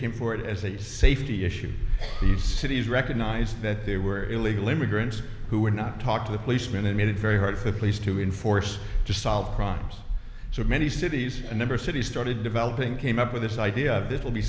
came forward as a safety issue these cities recognized that they were illegal immigrants who would not talk to the policemen and made it very hard for police to enforce to solve crimes so many cities a number of cities started developing came up with this idea of this will be